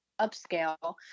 upscale